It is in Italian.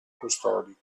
custodi